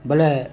ବୋଲେ